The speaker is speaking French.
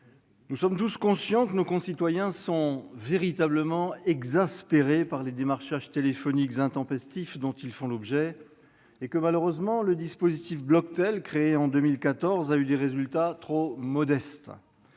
nous sommes tous conscients que nos concitoyens sont véritablement exaspérés par les démarchages téléphoniques intempestifs dont ils font l'objet, et que malheureusement le dispositif Bloctel, créé en 2014, a eu des résultats trop modestes.